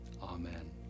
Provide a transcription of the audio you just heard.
Amen